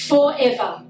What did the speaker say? Forever